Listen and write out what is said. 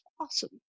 awesome